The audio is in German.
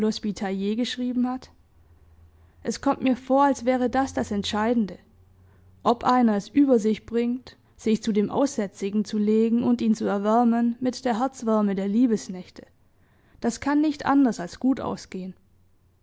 geschrieben hat es kommt mir vor als wäre das das entscheidende ob einer es über sich bringt sich zu dem aussätzigen zu legen und ihn zu erwärmen mit der herzwärme der liebesnächte das kann nicht anders als gut ausgehen